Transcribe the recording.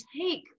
take